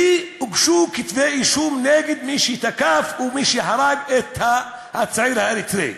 והוגשו כתבי- אישום נגד מי שתקף או מי שהרג את הצעיר האריתריאי.